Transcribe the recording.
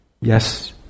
Yes